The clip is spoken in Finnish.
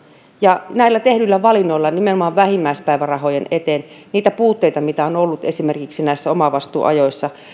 ja näillä tehdyillä valinnoilla nimenomaan vähimmäispäivärahojen eteen poistetaan niitä puutteita mitä on ollut esimerkiksi näissä omavastuuajoissa ja